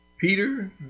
Peter